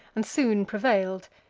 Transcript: and soon prevail'd.